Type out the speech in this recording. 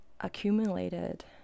accumulated